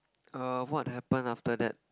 err what happen after that